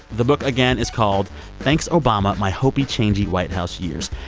the book, again, is called thanks, obama my hopey, changey white house years.